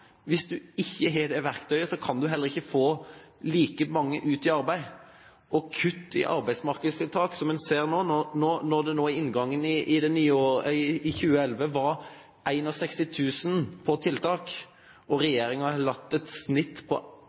Hvis du ikke har det verktøyet, kan du heller ikke få like mange ut i arbeid. Vi ser nå kutt i arbeidsmarkedstiltak. Når det ved inngangen til 2011 var 61 000 på tiltak, og regjeringen har lagt et snitt på 51 200 for 2011, så er det 10 000 mennesker som i dag er på tiltak, som ikke skal være på